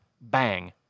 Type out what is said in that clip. bang